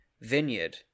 vineyard